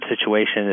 situation